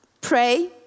pray